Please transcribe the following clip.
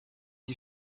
you